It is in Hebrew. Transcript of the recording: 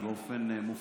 באופן מופרך,